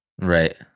right